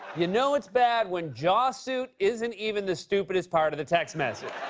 you know it's bad when jawsuit isn't even the stupidest part of the text message.